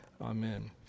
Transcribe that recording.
Amen